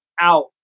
out